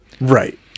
Right